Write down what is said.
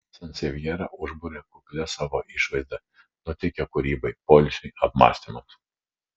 sansevjera užburia kuklia savo išvaizda nuteikia kūrybai poilsiui apmąstymams